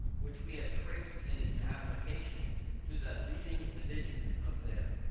which we have traced in its application to the leading divisions of them,